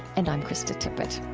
and i'm krista tippett